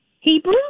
Hebrew